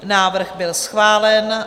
Návrh byl schválen.